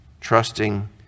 trusting